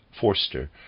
Forster